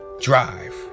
drive